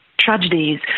tragedies